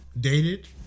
dated